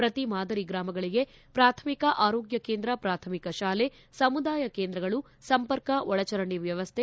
ಪ್ರತಿ ಮಾದರಿ ಗ್ರಾಮಗಳಿಗೆ ಪ್ರಾಥಮಿಕ ಆರೋಗ್ಯ ಕೇಂದ್ರ ಪ್ರಾಥಮಿಕ ಶಾಲೆ ಸಮುದಾಯ ಕೇಂದ್ರಗಳು ಸಂಪರ್ಕ ಒಳಚರಂಡಿ ವ್ಯವಸ್ಥೆ